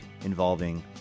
involving